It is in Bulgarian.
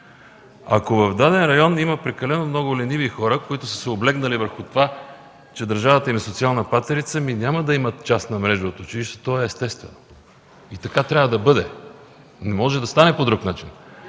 Ако в даден район има прекалено много лениви хора, които са се облегнали на това, че държавата им е социална патерица, ами няма да имат частна мрежа от училища. То е естествено. И така трябва да бъде. Не може да стане по друг начин!